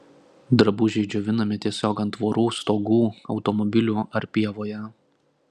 drabužiai džiovinami tiesiog ant tvorų stogų automobilių ar pievoje